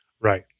Right